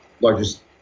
largest